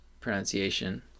pronunciation